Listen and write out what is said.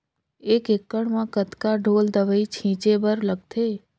एक एकड़ म कतका ढोल दवई छीचे बर लगथे?